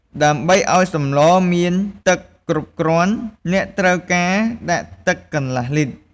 ដើម្បីឱ្យសម្លមានទឹកគ្រប់គ្រាន់ អ្នកត្រូវការដាក់ទឹកកន្លះលីត្រ។